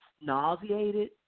nauseated